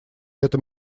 этом